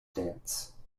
dance